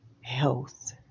health